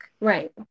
Right